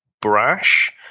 brash